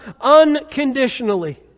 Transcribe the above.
unconditionally